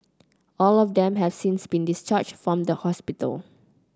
all of them have since been discharged from the hospital